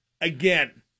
again